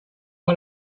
why